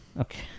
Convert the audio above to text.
Okay